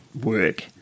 work